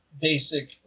basic